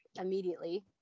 immediately